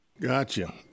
Gotcha